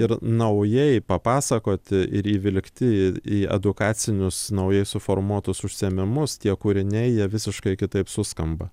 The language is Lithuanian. ir naujai papasakoti ir įvilkti į į edukacinius naujai suformuotus užsiėmimus tie kūriniai jie visiškai kitaip suskamba